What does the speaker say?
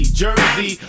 jersey